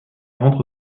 rentrent